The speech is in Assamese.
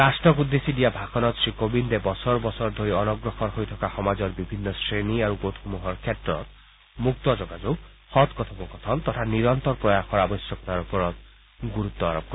ৰাষ্টক উদ্দেশ্যি দিয়া ভাষণত শ্ৰীকোবিন্দে বছৰ বছৰ ধৰি অনগ্ৰসৰ হৈ থকা সমাজৰ বিভিন্ন শ্ৰেণী আৰু গোটসমূহৰ ক্ষেত্ৰত মুক্ত যোগাযোগ সৎ কথোপকথন তথা নিৰন্তৰ প্ৰয়াসৰ আৱশ্যকতাৰ ওপৰত গুৰুত্ব আৰোপ কৰে